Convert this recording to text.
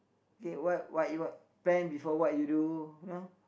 okay what what you want plan before what you do you know